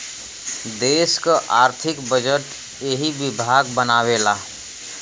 देस क आर्थिक बजट एही विभाग बनावेला